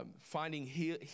finding